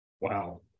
wow